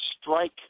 strike